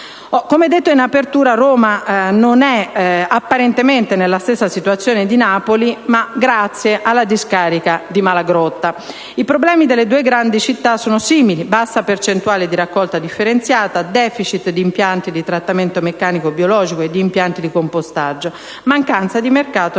Come detto in apertura, Roma non è apparentemente nella stessa situazione di Napoli grazie alla discarica di Malagrotta, ma i problemi delle due grandi città sono simili: bassa percentuale di raccolta differenziata, *deficit* di impianti di trattamento meccanico-biologico e di impianti di compostaggio, mancanza di mercato delle